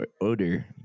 odor